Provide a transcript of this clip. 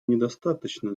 недостаточно